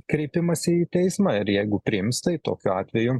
kreipimąsi į teismą ir jeigu priims tai tokiu atveju